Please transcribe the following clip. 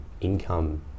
income